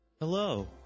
Hello